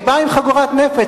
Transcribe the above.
היא באה עם חגורת נפץ.